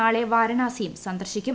നാളെ വാരണാസിയും സന്ദർശിക്കും